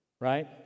Right